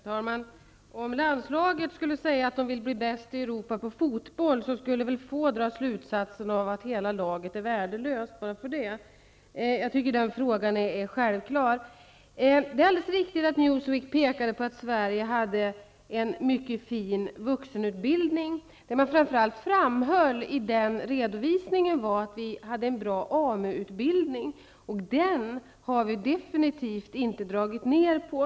Herr talman! Om landslaget skulle säga att de vill bli bäst i Europa på fotboll, skulle väl få dra den slutsatsen att hela laget är värdelöst. Jag tycker att det är självklart. Det är alldeles riktigt att Newsweek pekade på att Sverige hade en mycket fin vuxenutbildning. Framför allt framhöll man i redovisningen att vi hade en bra AMU-utbildning. Den har vi definitivt inte dragit ner på.